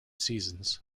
seasons